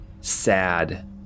sad